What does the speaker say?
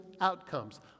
outcomes